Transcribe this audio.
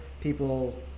people